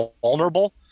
vulnerable